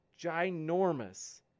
ginormous